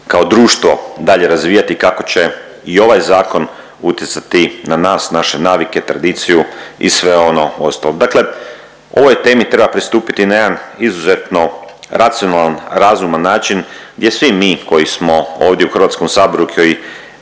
kao društvo dalje razvijati, kako će i ovaj zakon utjecati na nas, naše navike, tradiciju i sve ono ostalo. Dakle, ovoj temi treba pristupiti na jedan izuzetno racionalan, razuman način gdje svi mi koji smo ovdje u Hrvatskom saboru koji